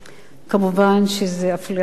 זו אפליית נשים בעליל.